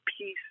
peace